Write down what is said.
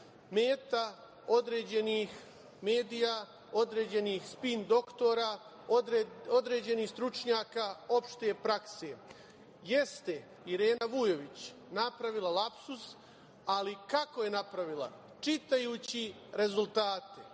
meta određenih medija, određenih spin-doktora, određenih stručnjaka opšte prakse. Jeste Irena Vujović napravila lapsus, ali kako je napravila? Čitajući rezultate.